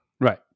right